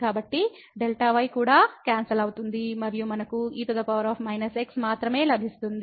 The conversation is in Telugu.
కాబట్టి Δy కూడా క్యాన్సల్ అవుతుంది మరియు మనకు e−x మాత్రమే లభిస్తుంది